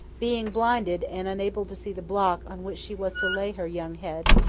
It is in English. being blinded, and unable to see the block on which she was to lay her young head,